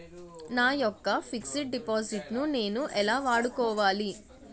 నా యెక్క fixed deposit ను నేను ఎలా వాడుకోవాలి?